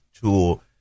tool